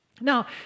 Now